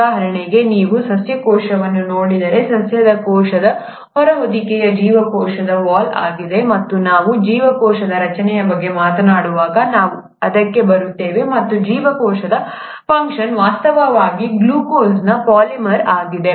ಉದಾಹರಣೆಗೆ ನೀವು ಸಸ್ಯ ಕೋಶವನ್ನು ನೋಡಿದರೆ ಸಸ್ಯದ ಕೋಶದ ಹೊರ ಹೊದಿಕೆಯು ಜೀವಕೋಶದ ವಾಲ್ ಆಗಿದೆ ಮತ್ತು ನಾವು ಜೀವಕೋಶದ ರಚನೆಯ ಬಗ್ಗೆ ಮಾತನಾಡುವಾಗ ನಾವು ಅದಕ್ಕೆ ಬರುತ್ತೇವೆ ಮತ್ತು ಜೀವಕೋಶದ ಫಂಕ್ಷನ್ ವಾಸ್ತವವಾಗಿ ಗ್ಲುಕೋಸ್ನ ಪಾಲಿಮರ್ ಆಗಿದೆ